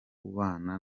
ubana